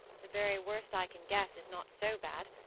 the very worst i can guess is not so bad.